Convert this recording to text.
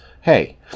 hey